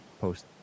post